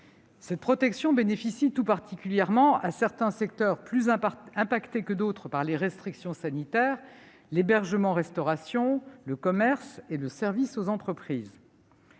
Cette protection bénéficie tout particulièrement à certains secteurs plus touchés que d'autres par les restrictions sanitaires : l'hébergement-restauration, le commerce et le service aux entreprises.